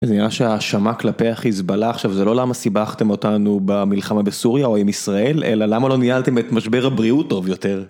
זה נראה שההאשמה כלפי החיזבאללה עכשיו זה לא למה סיבכתם אותנו במלחמה בסוריה או עם ישראל, אלא למה לא ניהלתם את משבר הבריאות טוב יותר.